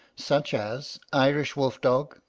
such as irish wolf-dog,